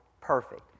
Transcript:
perfect